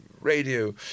radio